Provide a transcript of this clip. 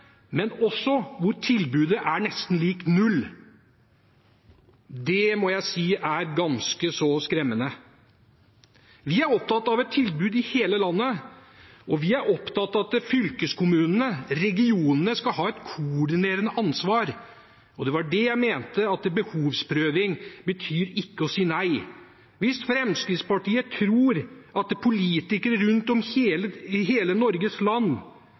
men også hvor tilbudet er nesten lik null, må jeg si er ganske så skremmende. Vi er opptatt av et tilbud i hele landet, og vi er opptatt av at fylkeskommunene, regionene, skal ha et koordinerende ansvar, og det var det jeg mente med at behovsprøving ikke betyr å si nei. Hvis Fremskrittspartiet tror at politikere rundt i hele Norges land